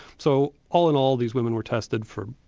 so all in all these women were tested for,